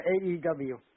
AEW